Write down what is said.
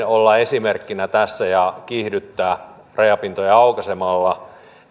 olla esimerkkeinä tässä ja kiihdyttää tätä toimintaa rajapintoja aukaisemalla